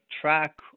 track